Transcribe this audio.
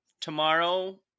tomorrow